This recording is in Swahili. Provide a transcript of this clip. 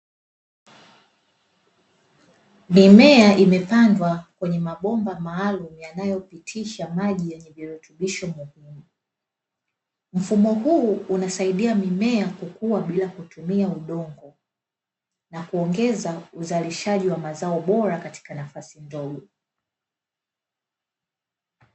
Mimea imepandwa kwenye mabomba maalumu yanayo pitisha maji ya virutubisho muhimu. Mfumo huu unasaidia mimea kukua bila kutumia udongo, na kuongeza uzalishaji wa mazao bora katika nafasi ndogo.